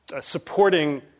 supporting